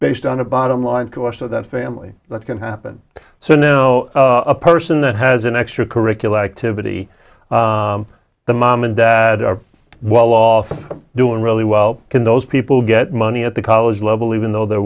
based on a bottom line cost of that family that can happen so now a person that has an extra curricular activity the mom and dad are while lost doing really well can those people get money at the college level even though they're